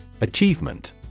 Achievement